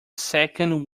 second